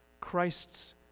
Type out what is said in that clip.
Christ's